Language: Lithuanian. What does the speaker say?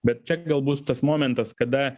bet čia gal bus tas momentas kada